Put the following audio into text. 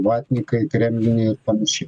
vatnikai kremliniai ir panašiai